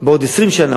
בעוד 20 שנה,